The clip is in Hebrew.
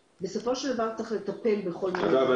בסופו של דבר צריך לטפל בכל מי ש --- אגב,